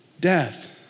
death